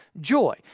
joy